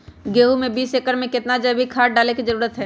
गेंहू में बीस एकर में कितना जैविक खाद डाले के जरूरत है?